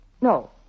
No